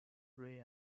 ray